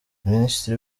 minisitiri